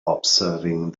observing